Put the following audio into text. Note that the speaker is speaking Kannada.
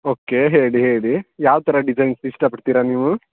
ಓಕೆ ಹೇಳಿ ಹೇಳಿ ಯಾವ್ತರ ಡಿಸೈನ್ಸ್ ಇಷ್ಟ ಪಡ್ತೀರ ನೀವೂ